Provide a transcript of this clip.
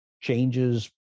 changes